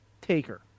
Taker